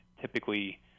typically